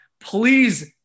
Please